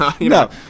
No